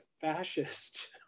fascist